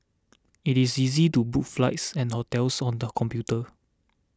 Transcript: it is easy to book flights and hotels on the computer